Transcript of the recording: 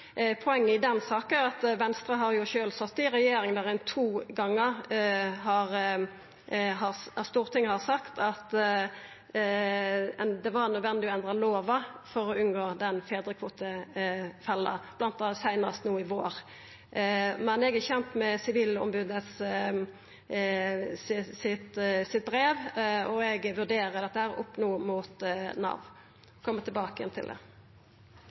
Poenget i den saka er at Venstre har sjølv sete i regjering to gongar når Stortinget har sagt at det var nødvendig å endra lova for å unngå den fedrekvotefella, seinast no i vår. Men eg er kjend med Sivilombodets brev, og eg vurderer dette no opp mot Nav og vil koma tilbake til det.